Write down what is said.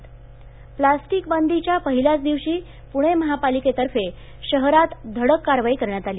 plastic बंदी plastic बंदीच्या पहिल्याच दिवशी पुणे महापालिकेतर्फे शहरात धडक कारवाई करण्यात आली